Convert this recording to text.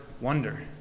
wonder